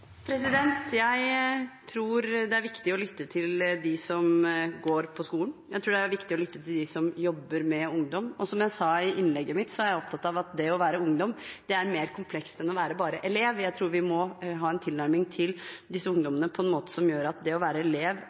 Jeg tror det er viktig å lytte til dem som går på skolen. Jeg tror det er viktig å lytte til dem som jobber med ungdom. Som jeg sa i innlegget mitt, er jeg opptatt av at det å være ungdom er mer komplekst enn å være bare elev. Jeg tror vi må ha en tilnærming til disse ungdommene som gjør at det å være elev